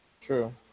True